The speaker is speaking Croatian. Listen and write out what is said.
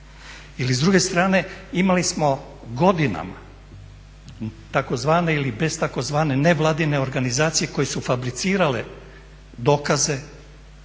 Ili s druge strane imali smo godinama tzv. ili bez tzv. nevladine organizacije koje su fabricirale dokaze